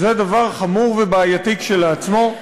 זה דבר חמור ובעייתי כשלעצמו.